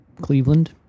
Cleveland